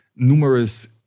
numerous